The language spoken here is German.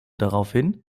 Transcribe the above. daraufhin